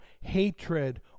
hatred